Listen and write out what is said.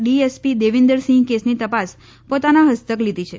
DSP Devinder Singh કેસની તપાસ પોતાના હસ્તક લીધી છે